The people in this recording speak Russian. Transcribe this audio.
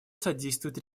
содействует